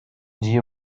you